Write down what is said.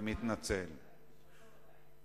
הלכתי לשתות מים.